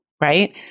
right